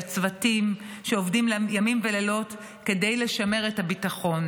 לצוותים שעובדים ימים ולילות כדי לשמר את הביטחון.